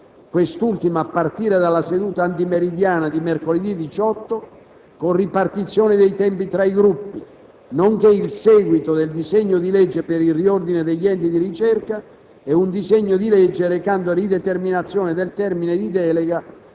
quest'ultimo a partire dalla seduta antimeridiana di mercoledì 18, con ripartizione dei tempi tra i Gruppi - nonché il seguito del disegno di legge per il riordino degli Enti di ricerca e un disegno di legge recante rideterminazione del termine di delega